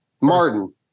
Martin